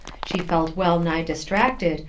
she felt well-nigh distracted,